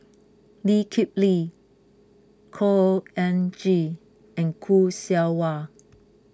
Lee Kip Lee Khor Ean Ghee and Khoo Seow Hwa